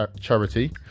charity